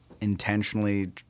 intentionally